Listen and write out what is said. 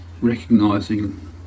recognizing